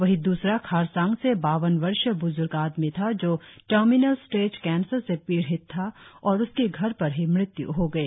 वहीं द्सरा खारसंग से बावन वर्षीय ब्ज्र्ग आदमी था जो टर्मिनल स्टेज कैंसर से पीड़ित था और उसकी घर पर ही मृत्यु हो गई